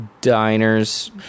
Diners